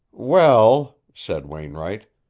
well, said wainwright,